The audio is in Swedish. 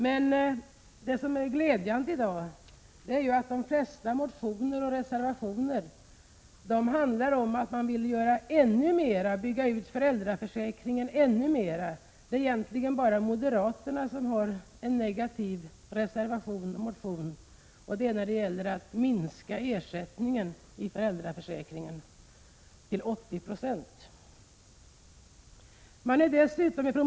Det som i dag är glädjande är att de flesta motioner och reservationer handlar om att man vill bygga ut föräldraförsäkringen ännu mera. Det är egentligen bara moderaterna som har en negativ motion och reservation där de vill minska ersättningen i föräldraförsäkringen till 80 96.